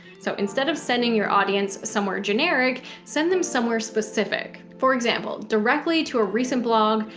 so instead of sending your audience somewhere generic, send them somewhere specific. for example, directly to a recent blog,